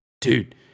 dude